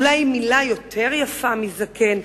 אולי מלה יותר יפה מ"זקן",